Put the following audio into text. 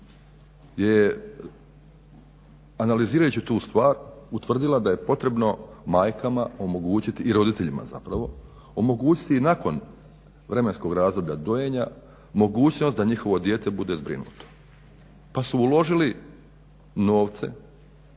je analizirajući tu stvar utvrdila da je potrebno majkama i roditeljima omogućiti nakon vremenskog razdoblja dojenja mogućnost da njihovo dijete bude zbrinuto. Pa su uložile novce